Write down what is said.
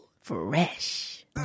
fresh